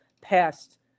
passed